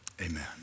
amen